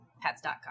Pets.com